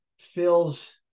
feels